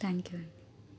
thank you అండీ